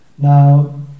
Now